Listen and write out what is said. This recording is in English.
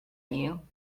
you